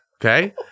Okay